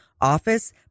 office